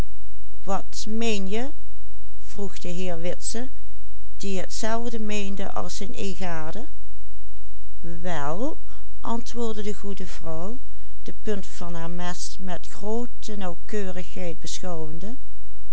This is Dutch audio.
de goede vrouw de punt van haar mes met groote nauwkeurigheid beschouwende